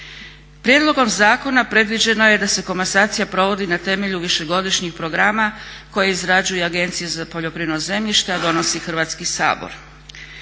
Prijedlogom zakona predviđeno je da se komasacija provodi na temelju višegodišnjih programa koje izrađuje Agencija za poljoprivredno zemljište a donosi Hrvatski sabor.